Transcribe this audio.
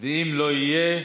ואם לא יהיה,